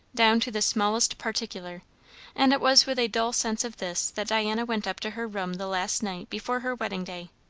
down to the smallest particular and it was with a dull sense of this that diana went up to her room the last night before her wedding day.